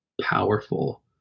powerful